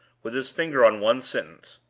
with his finger on one sentence.